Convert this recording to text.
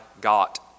got